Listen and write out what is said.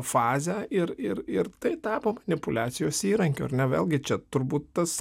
fazę ir ir ir tai tapo manipuliacijos įrankiu ar ne vėlgi čia turbūt tas